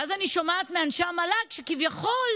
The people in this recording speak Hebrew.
ואז אני שומעת מאנשי המל"ג שכביכול